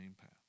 path